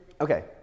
Okay